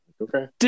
okay